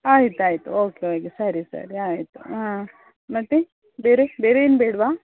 ಆಯ್ತು ಆಯಿತು okay okay ಸರಿ ಸರಿ ಆಯಿತು ಹಾಂ ಮತ್ತು ಬೇರೆ ಬೇರೆ ಏನು ಬೇಡವಾ